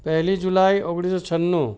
પહેલી જુલાઈ ઓગણીસસો છન્નું